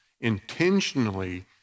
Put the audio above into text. intentionally